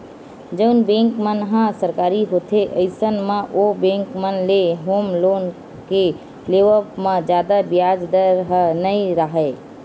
जउन बेंक मन ह सरकारी होथे अइसन म ओ बेंक मन ले होम लोन के लेवब म जादा बियाज दर ह नइ राहय